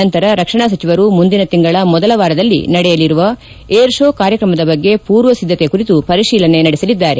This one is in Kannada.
ನಂತರ ರಕ್ಷಣಾ ಸಚಿವರು ಮುಂದಿನ ತಿಂಗಳ ಮೊದಲ ವಾರದಲ್ಲಿ ನಡೆಯಲಿರುವ ಏರ್ ಶೋ ಕಾರ್ಯಕ್ರಮದ ಬಗ್ಗೆ ಪೂರ್ವ ಸಿದ್ದತೆ ಕುರಿತು ಪರಿಶೀಲನೆ ನಡೆಸಲಿದ್ದಾರೆ